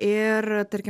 ir tarkime